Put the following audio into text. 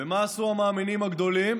ומה עשו המאמינים הגדולים